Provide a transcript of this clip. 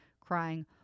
crying